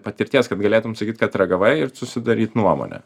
patirties kad galėtum sakyt kad ragavai ir susidaryt nuomonę